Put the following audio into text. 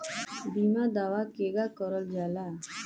बीमा दावा केगा करल जाला?